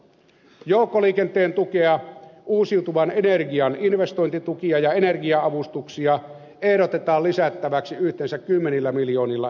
joukkoliikenteen tukea uusiutuvan energian investointitukia ja energia avustuksia ehdotetaan lisättäväksi yhteensä kymmenillä miljoonilla euroilla